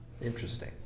Interesting